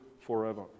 forever